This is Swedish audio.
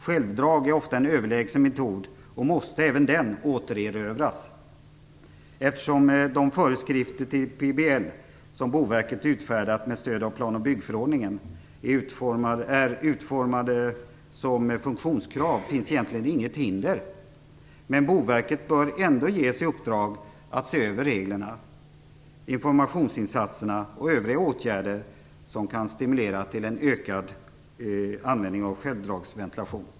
Självdrag är ofta en överlägsen metod och måste även den återerövras. Eftersom de föreskrifter till PBL som Boverket utfärdat med stöd av plan och byggförordningen är utformade som funktionskrav finns egentligen inget hinder. Men Boverket bör ändå ges i uppdrag att se över reglerna, informationsinsatserna och övriga åtgärder som kan stimulera till en ökad användning av självdragsventilation.